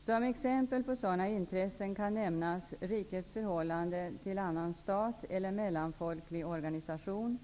Som exempel på sådana intressen kan nämnas rikets förhållande till annan stat eller mellanfolklig organisation